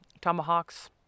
tomahawks